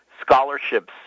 scholarships